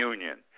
Union